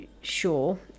sure